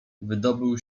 wydobył